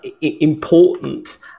important